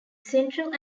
central